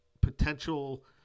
Potential